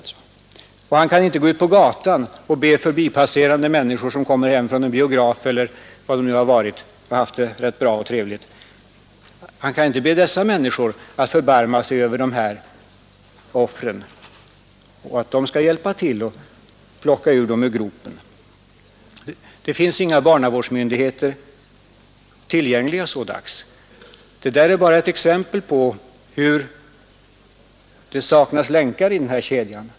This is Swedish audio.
Polisen kan inte heller gå ut på gatan och be förbipasserande människor — som kommer t.ex. från en biograf och har haft det trevligt — att förbarma sig över dessa offer och hjälpa till att plocka upp dem ur gropen. Och inga barnavårdsmyndigheter finns tillgängliga så dags. Detta är bara ett exempel på hur det saknas länkar i denna kedja.